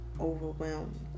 overwhelmed